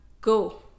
go